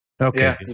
Okay